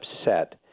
upset